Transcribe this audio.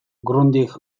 grundig